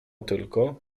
tylko